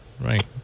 right